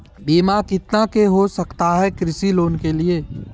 बीमा कितना के हो सकता है कृषि लोन के लिए?